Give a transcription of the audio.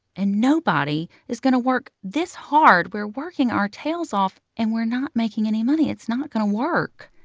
and nobody is going to work this hard. we're working our tails off, and we're not making any money. it's not going to work.